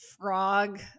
frog